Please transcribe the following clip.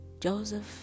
Joseph